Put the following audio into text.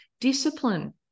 Discipline